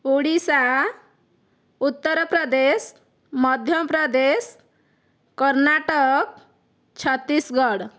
Odisha Uttar Pradesh Madhya Pradesh Karnataka Chhattisgarh